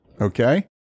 Okay